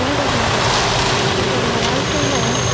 ஊடகங்கள் இப்போது நம்ம வாழ்க்கையில்